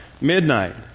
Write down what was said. midnight